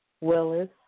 Willis